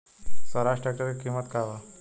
Swaraj tractor के किमत का बा?